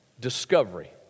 discovery